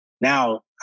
now